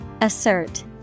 Assert